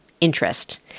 interest